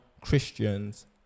Christians